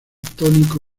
tónico